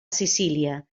sicília